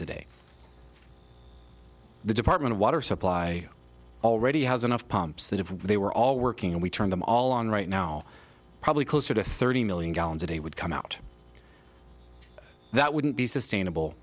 a day the department of water supply already has enough pumps that if they were all working and we turn them all on right now probably closer to thirty million gallons a day would come out that wouldn't be sustainable